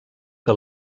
que